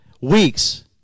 weeks